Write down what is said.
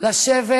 לשבת